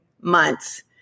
months